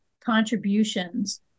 contributions